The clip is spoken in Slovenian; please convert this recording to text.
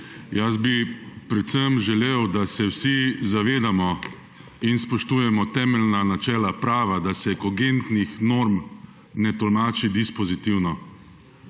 Jaz bi predvsem želel, da se vsi zavedamo in spoštujemo temeljna načela prava, da se kogentnih norm ne tolmači dispozitivno.